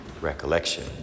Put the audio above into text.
recollection